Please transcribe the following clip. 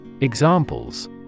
Examples